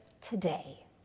today